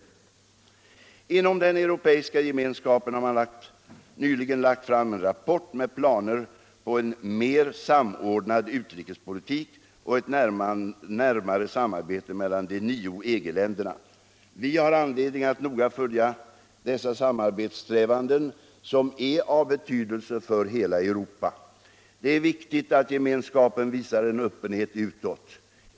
Inom den europeiska gemenskapen har man nyligen lagt fram en rapport med planer på en mer samordnad utrikespolitik och ett närmare samarbete mellan de nio EG-länderna: Vi har anledning att noga följa dessa samarbetssträvanden, som är av betydelse för hela Europa. Det är viktigt att gemenskapen visar en öppenhet utåt.